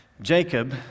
Jacob